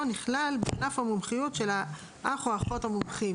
נכלל בענף המומחיות של האח או האחות המומחים"